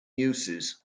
uses